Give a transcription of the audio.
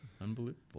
Unbelievable